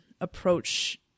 approach